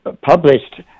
published